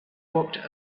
walked